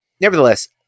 nevertheless